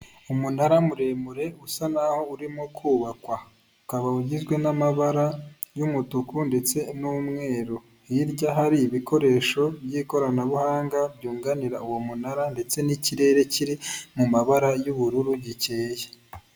Umunara muremure usa naho urimo kubakwa, ukaba ugizwe n'amabara y'umutuku ndetse n'umweru, hirya hari ibikoresho by'ikoranabuhanga byunganira uwo munara ndetse n'ikirere kiri mu mabara y'ubururu gikeye.